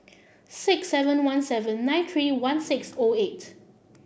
six seven one seven nine three one six O eight